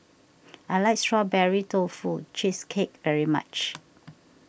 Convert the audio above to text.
I like Strawberry Tofu Cheesecake very much